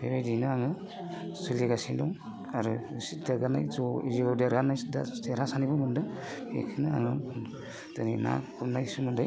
बेबायदियैनो आङो सोलिगासनो दं आरो इसे देरगानाय ज' जिउआव देरगानाय दा देरहासारनायबो मोनदों बेखौनो आङो दिनै ना गुरनाय सोमोन्दै